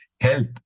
health